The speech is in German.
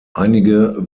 einige